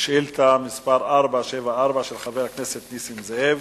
שאילתא מס' 474, של חבר הכנסת נסים זאב: